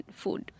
food